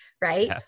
Right